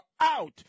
out